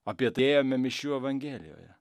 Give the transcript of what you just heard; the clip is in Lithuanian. apie tai ėjome mišių evangelijoje